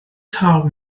taw